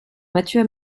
mathieu